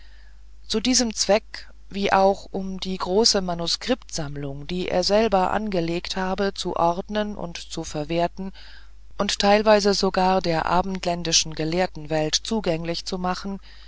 zu diesem zweck wie auch um die große manuskriptsammlung die er selber angelegt hatte zu ordnen und zu verwerten und teilweise sogar der abendländischen gelehrtenwelt zugänglich zu machen